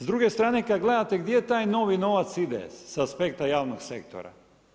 S druge strane kad gledate gdje taj novi novac ide sa aspekta javnog sektora.